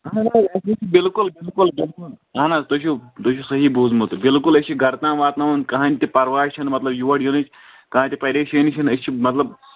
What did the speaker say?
اَہن حظ بالکُل بالکُل بالکُل اہن حظ تُہۍ چھُو تُہۍ چھُو صٔحیح بوٗزمُت بالکُل أسۍ چھِ گرٕ تام واتناوان کٕہینۍ تہِ پرواے چھُ نہٕ مطلب یور ینٕچ کانٛہہ تہِ پریشٲنی چھنہٕ أسۍ چھِ مطلب